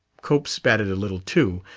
cope spatted a little too,